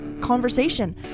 conversation